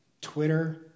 Twitter